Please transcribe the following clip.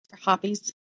hobbies